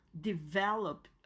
develop